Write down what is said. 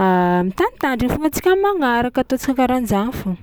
mitandritandriny foagna tsika am'magnaraka, ataontsika karaha an-jany fao.